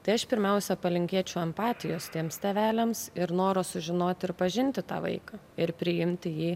tai aš pirmiausia palinkėčiau empatijos tiems tėveliams ir noro sužinoti ir pažinti tą vaiką ir priimti jį